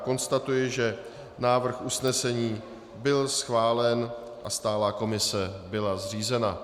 Konstatuji, že návrh usnesení byl schválen a stálá komise byla zřízena.